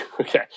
Okay